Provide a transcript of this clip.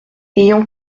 ayant